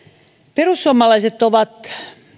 perussuomalaiset ovat